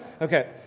Okay